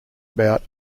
about